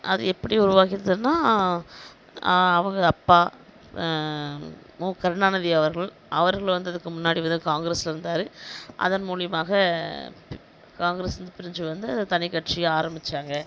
அது எப்படி உருவாகியதுன்னா அவங்க அப்பா மு கருணாநிதி அவர்கள் அவர்கள் வந்ததுக்கு முன்னாடி வந்து காங்கிரஸில் இருந்தார் அதன் மூலயமாக காங்கிரஸிலிருந்து பிரிஞ்சு வந்து தனிக்கட்சியாக ஆரம்பித்தாங்க